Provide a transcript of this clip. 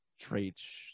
traits